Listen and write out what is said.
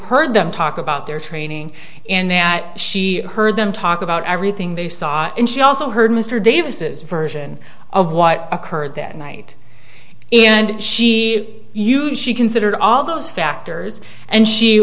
heard them talk about their training in that she heard them talk about everything they saw and she also heard mr davis version of what occurred that night and she huge she considered all those factors and she